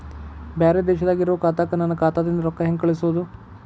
ಬ್ಯಾರೆ ದೇಶದಾಗ ಇರೋ ಖಾತಾಕ್ಕ ನನ್ನ ಖಾತಾದಿಂದ ರೊಕ್ಕ ಹೆಂಗ್ ಕಳಸೋದು?